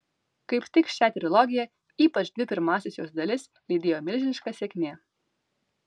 kaip tik šią trilogiją ypač dvi pirmąsias jos dalis lydėjo milžiniška sėkmė